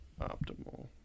optimal